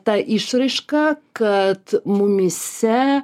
ta išraiška kad mumyse